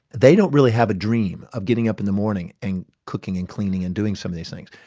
they don't really have a dream of getting up in the morning and cooking and cleaning and doing some of these things.